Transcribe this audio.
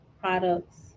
products